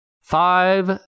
Five